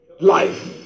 life